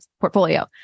portfolio